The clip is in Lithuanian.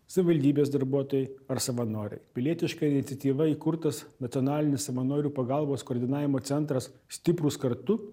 savivaldybės darbuotojai ar savanoriai pilietiška iniciatyva įkurtas nacionalinis savanorių pagalbos koordinavimo centras stiprūs kartu